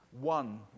one